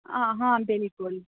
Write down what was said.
آ ہاں بِلکُل